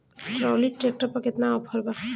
Trolley tractor पर केतना offer बा?